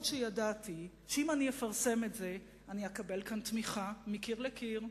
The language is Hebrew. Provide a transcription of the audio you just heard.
אף שידעתי שאם אני אפרסם את זה אני אקבל כאן תמיכה מקיר לקיר,